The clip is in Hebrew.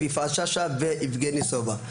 יפעת שאשא ויבגני סובה.